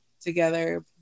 together